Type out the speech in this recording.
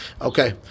Okay